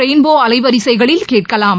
rainbow அலைவரிசைகளில் கேட்கலாம்